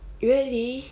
really